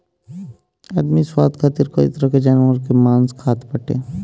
आदमी स्वाद खातिर कई तरह के जानवर कअ मांस खात बाटे